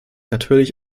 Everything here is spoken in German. natürlich